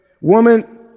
woman